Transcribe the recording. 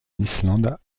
islande